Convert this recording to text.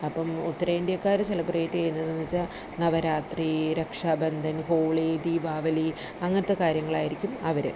അപ്പം ഉത്തരേന്ത്യക്കാർ സെലബ്രേറ്റ് ചെയ്യുന്നതെന്ന് വെച്ചാൽ നവരാത്രി രക്ഷാബന്ധൻ ഹോളി ദീപാവലി അങ്ങനത്തെ കാര്യങ്ങളായിരിക്കും അവർ